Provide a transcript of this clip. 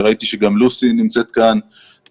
ראיתי שגם לוסי נמצאת כאן,